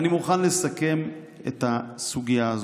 אבל אני מוכן לסכם את הסוגיה הזאת.